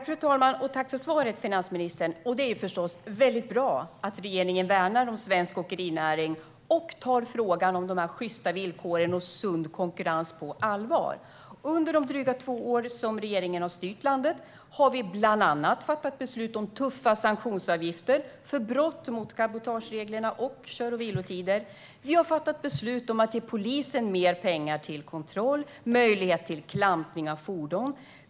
Fru talman! Tack för svaret, finansministern! Det är förstås väldigt bra att regeringen värnar om svensk åkerinäring och tar frågan om sjysta villkor och sund konkurrens på allvar. Under de drygt två år som regeringen har styrt landet har vi bland annat fattat beslut om tuffa sanktionsavgifter för brott mot cabotageregler och kör och vilotider. Vi har fattat beslut om att ge polisen mer pengar till kontroll och möjlighet till klampning av fordon.